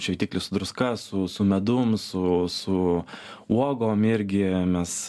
šveitiklis su druska su su medum su su uogom irgi mes